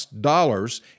dollars